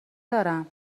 دارم